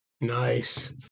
nice